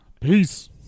Peace